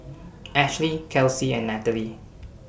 Ashely Kelsie and Natalie